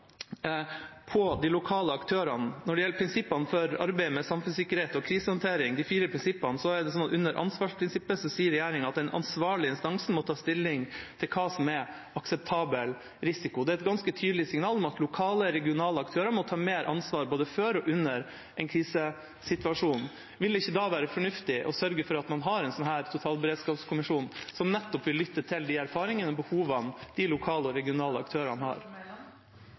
på de lokale aktørene. Når det gjelder de fire prinsippene for arbeidet med samfunnssikkerhet og krisehåndtering, sier regjeringa under ansvarsprinsippet at den ansvarlige instansen må ta stilling til hva som er akseptabel risiko. Det er et ganske tydelig signal om at lokale og regionale aktører må ta mer ansvar både før og under en krisesituasjon. Vil det ikke da være fornuftig å sørge for at man har en totalberedskapskommisjon som nettopp vil lytte til de erfaringene og behovene de lokale og regionale aktørene har?